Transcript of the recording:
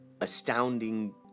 astounding